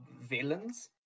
villains